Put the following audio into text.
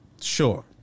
Sure